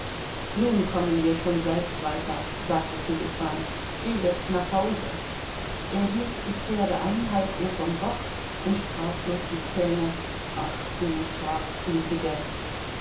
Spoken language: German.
nun kommen wir schon selbst weiter sagte sselifan geh jetzt nach hause er hielt die pferde an half ihr vom bock und sprach durch die zähne ach du